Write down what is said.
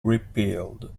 repealed